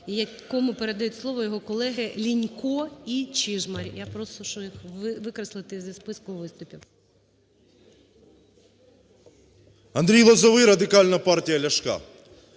якому передають слово його колеги Лінько і Чижмарь. Я прошу їх викреслити зі списку виступів. 12:38:20 ЛОЗОВОЙ А.С. Андрій Лозовий, Радикальна партія Ляшка.